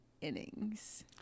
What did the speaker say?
innings